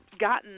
gotten